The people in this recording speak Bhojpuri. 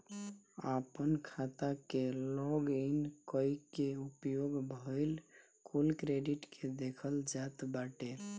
आपन खाता के लॉग इन कई के उपयोग भईल कुल क्रेडिट के देखल जात बाटे